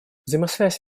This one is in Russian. взаимосвязь